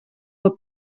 del